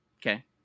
Okay